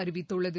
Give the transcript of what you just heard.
அறிவித்துள்ளது